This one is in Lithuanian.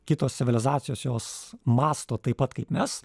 kitos civilizacijos jos mąsto taip pat kaip mes